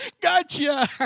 Gotcha